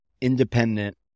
independent